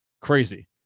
Crazy